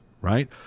right